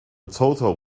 total